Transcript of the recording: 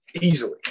easily